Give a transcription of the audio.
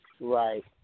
Right